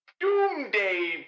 doom-day